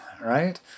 Right